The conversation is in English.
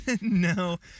No